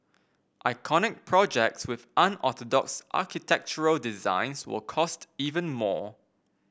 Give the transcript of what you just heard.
iconic projects with unorthodox architectural designs will cost even more